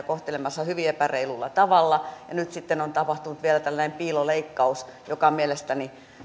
kohtelemassa hyvin epäreilulla tavalla ja nyt sitten on tapahtunut vielä tällainen piiloleikkaus ja on mielestäni